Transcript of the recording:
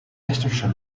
westerse